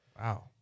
Wow